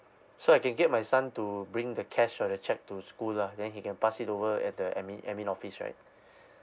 so I can get my son to bring the cash or the cheque to school lah then he can pass it over at the admin admin office right